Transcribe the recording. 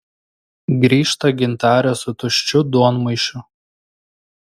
grįžta gintarė su tuščiu duonmaišiu